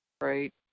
right